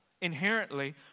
inherently